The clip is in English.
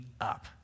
up